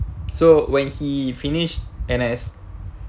so when he finished N_S